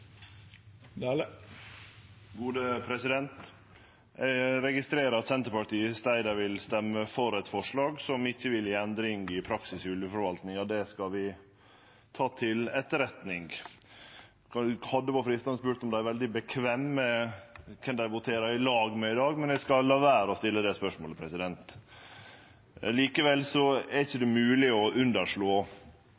Eg registrerer at Senterpartiet seier dei vil stemme for eit forslag som ikkje vil gje ei endring i praksis i ulveforvaltninga. Det skal vi ta til etterretning. Det hadde vore freistande å spørje om dei er veldig komfortable med kven dei voterer i lag med i dag, men eg skal la vere å stille det spørsmålet. Likevel er det ikkje